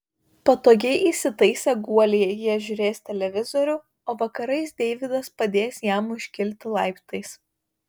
patogiai įsitaisę guolyje jie žiūrės televizorių o vakarais deividas padės jam užkilti laiptais